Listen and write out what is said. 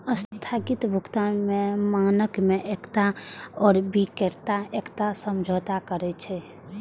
स्थगित भुगतान मानक मे क्रेता आ बिक्रेता एकटा समझौता करै छै